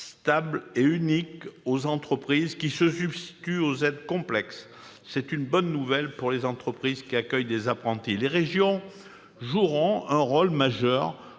stable et unique aux entreprises, qui se substitue aux aides complexes. C'est une bonne nouvelle pour les entreprises accueillant des apprentis. Les régions joueront un rôle majeur